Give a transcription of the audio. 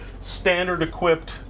standard-equipped